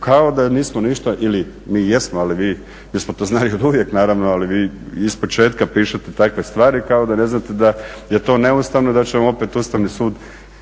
Kao da nismo ništa ili mi jesmo, ali mi smo to znali oduvijek naravno, ali vi ispočetka pišete takve stvari kao da ne znate da je to neustavno i da će vam opet Ustavni sud